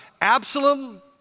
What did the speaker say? Absalom